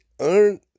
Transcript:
earn